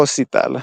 קו-סיטל.